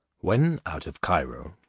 when out of cairo,